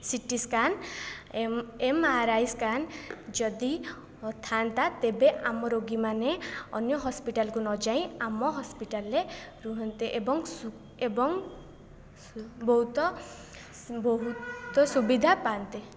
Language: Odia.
CT scan M M R I scan ଯଦି ଥାଆନ୍ତା ତେବେ ଆମ ରୋଗୀମାନେ ଅନ୍ୟ ହସ୍ପିଟାଲ୍କୁ ନଯାଇ ଆମ ହସ୍ପିଟାଲ୍ରେ ରୁହନ୍ତେ ଏବଂ ଏବଂ ବହୁତ ବହୁତ ସୁବିଧା ପାଆନ୍ତେ